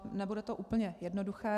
Nebude to úplně jednoduché.